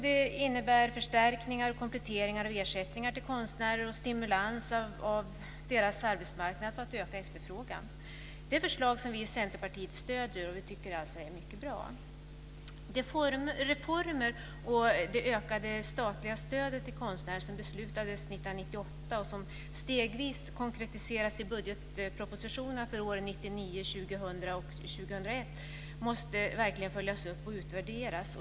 Det innebär förstärkningar och kompletteringar av ersättningar till konstnärer och stimulans av deras arbetsmarknad för att öka efterfrågan. Det är förslag som vi i Centerpartiet stöder, och vi tycker alltså att det är mycket bra. De reformer och det ökade statliga stöd till konstnärerna som det beslutades om 1998 och som stegvis konkretiseras i budgetpropositionerna för åren 1999, 2000 och 2001 måste verkligen följas upp och utvärderas.